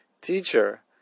teacher